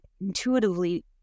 intuitively